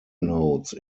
notes